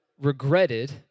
regretted